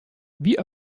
wie